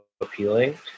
appealing